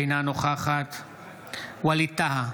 אינה נוכחת ווליד טאהא,